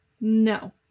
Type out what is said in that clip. No